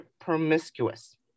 promiscuous